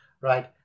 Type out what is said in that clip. right